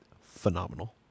Phenomenal